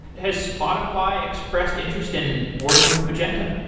has spotify expressed interest in working with magenta?